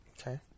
Okay